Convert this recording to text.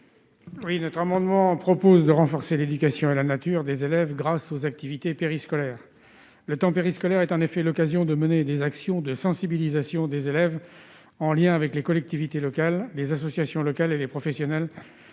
Bigot. Cet amendement vise à renforcer l'éducation à la nature des élèves, grâce aux activités périscolaires. Le temps périscolaire est en effet l'occasion de mener des actions de sensibilisation des élèves, en lien avec les collectivités locales, les associations locales et les professionnels